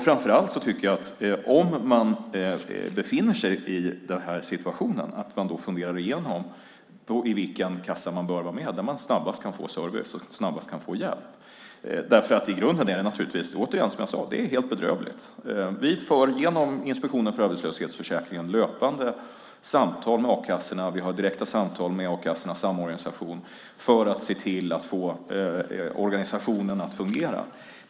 Framför allt tycker jag att om man befinner sig i den här situationen ska man fundera på vilken kassa man bör vara med i så att man snabbast kan få service och hjälp. I grunden är det naturligtvis, som jag sade, helt bedrövligt. Vi för genom Inspektionen för arbetslöshetsförsäkringen löpande samtal med a-kassorna. Vi har direkta samtal med A-kassornas Samorganisation för att se till att få organisationen att fungera.